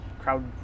crowd